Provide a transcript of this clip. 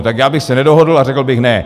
Tak já bych se nedohodl a řekl bych ne.